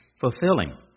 Fulfilling